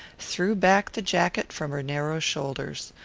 threw back the jacket from her narrow shoulders.